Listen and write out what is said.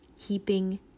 Keeping